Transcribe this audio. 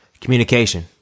Communication